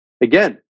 again